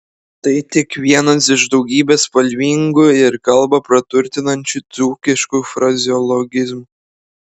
tai tik vienas iš daugybės spalvingų ir kalbą praturtinančių dzūkiškų frazeologizmų